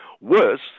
Worse